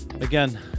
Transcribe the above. again